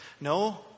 No